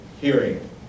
hearing